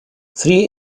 three